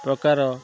ପ୍ରକାର